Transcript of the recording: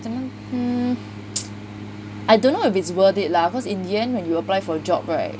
怎么样 mm I don't know if it's worth it lah cause in the end when you apply for job right